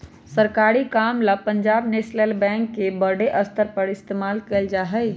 सरकारी काम ला पंजाब नैशनल बैंक के बडे स्तर पर इस्तेमाल कइल जा हई